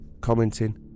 commenting